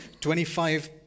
25